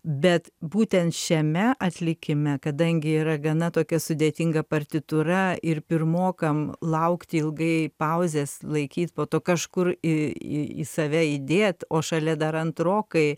bet būtent šiame atlikime kadangi yra gana tokia sudėtinga partitūra ir pirmokam laukti ilgai pauzės laikyt po to kažkur į į į save įdėt o šalia dar antrokai